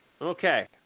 okay